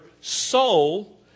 soul